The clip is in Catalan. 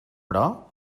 però